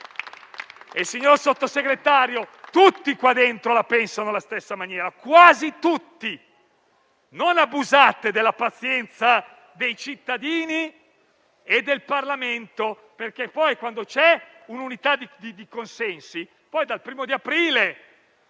Signor Sottosegretario, tutti qui la pensano alla stessa maniera; quasi tutti. Non abusate della pazienza dei cittadini e del Parlamento, perché c'è un'unità di consensi. Dal 1° aprile